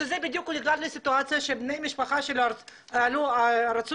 הוא נקלע לסיטואציה שבני המשפחה שלו רצו